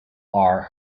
are